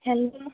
hello